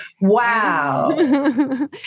Wow